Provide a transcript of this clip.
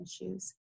issues